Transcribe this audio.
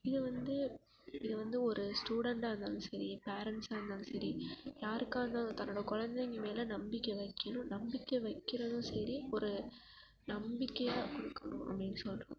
இது வந்து இது வந்து ஒரு ஸ்டூடண்டாக இருந்தாலும் சரி பேரண்ட்ஸாக இருந்தாலும் சரி யாருக்காக இருந்தாலும் தன்னோடய கொழந்தைங்க மேலே நம்பிக்கை வைக்கணும் நம்பிக்கை வைக்கிறதும் சரி ஒரு நம்பிக்கையை கொடுக்கணும் அப்படின்னு சொல்கிறேன்